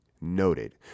Noted